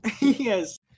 yes